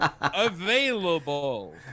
available